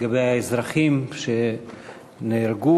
לגבי האזרחים שנהרגו,